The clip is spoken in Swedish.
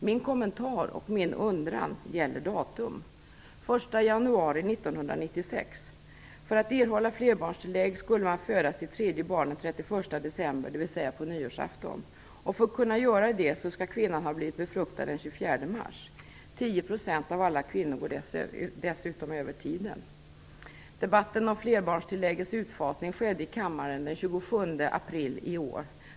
Min kommentar och undran gäller datumet den 1 januari 1996. För att erhålla flerbarnstillägg skall man föda sitt tredje barn den 31 december, dvs. på nyårsafton. Förutsättningen är då att kvinnan har blivit befruktad den 24 mars. 10 % av alla kvinnor går dessutom över tiden. Debatten om flerbarnstilläggets utfasning skedde i kammaren den 27 april i år.